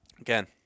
again